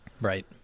right